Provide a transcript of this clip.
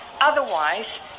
Otherwise